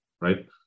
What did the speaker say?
right